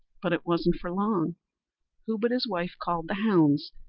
but it wasn't for long who but his wife called the hounds,